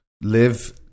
live